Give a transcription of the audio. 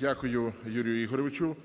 Дякую, Юрію Ігоровичу.